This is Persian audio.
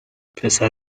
پسر